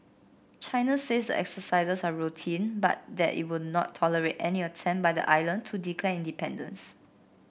China says the exercises are routine but that it will not tolerate any attempt by the island to declare independence